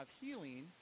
healing